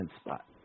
spot